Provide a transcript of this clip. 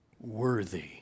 worthy